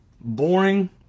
boring